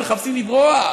מחפשים לברוח,